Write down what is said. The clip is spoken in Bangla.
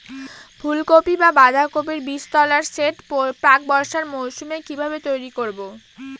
ফুলকপি বা বাঁধাকপির বীজতলার সেট প্রাক বর্ষার মৌসুমে কিভাবে তৈরি করব?